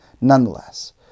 nonetheless